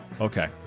okay